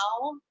now